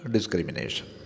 Discrimination